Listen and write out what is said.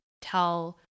tell